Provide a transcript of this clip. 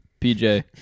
pj